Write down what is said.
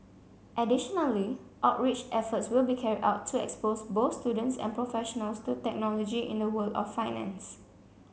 additionally outreach efforts will be carried out to expose both students and professionals to technology in the world of finance